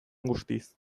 guztiz